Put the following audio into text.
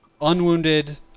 unwounded